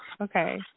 okay